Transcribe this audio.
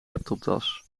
laptoptas